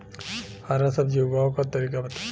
हरा सब्जी उगाव का तरीका बताई?